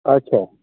اَچھا